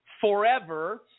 forever